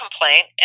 complaint